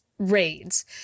raids